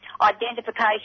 identification